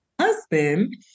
Husband